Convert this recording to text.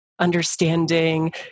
understanding